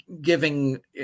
giving